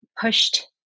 pushed